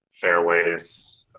Fairways